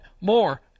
More